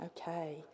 Okay